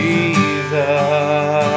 Jesus